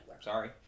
Sorry